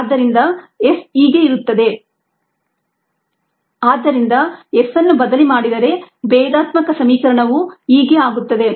ಆದ್ದರಿಂದ s ಹೀಗೆ ಇರುತ್ತದೆ SS0 x x0YxS ಆದ್ದರಿಂದ S ಅನ್ನು ಬದಲಿ ಮಾಡಿದರೆ ಭೇದಾತ್ಮಕ ಸಮೀಕರಣವು ಹೀಗೆ ಆಗುತ್ತದೆ